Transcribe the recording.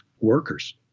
workers